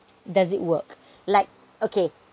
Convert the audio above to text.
does it work like okay